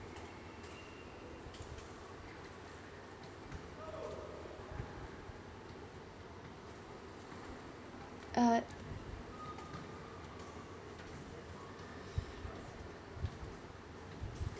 uh